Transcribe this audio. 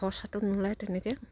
খৰচাটো নোলায় তেনেকে